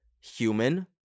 human